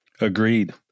agreed